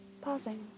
Pausing